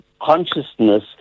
consciousness